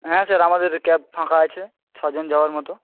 হ্যাঁ স্যার আমাদের ক্যাব ফাঁকা আছে ছজন যাওয়ার মতো